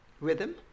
rhythm